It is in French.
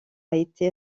été